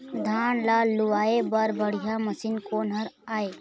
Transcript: धान ला लुआय बर बढ़िया मशीन कोन हर आइ?